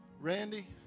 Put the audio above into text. Randy